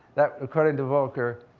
that, according to volcker,